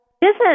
business